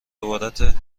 عبارت